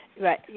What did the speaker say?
right